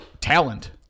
talent